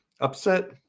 upset